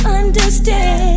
understand